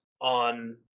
on